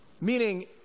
Meaning